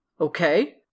Okay